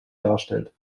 darstellt